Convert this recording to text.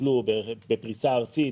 שטיפלו בפריסה ארצית,